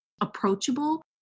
approachable